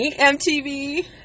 MTV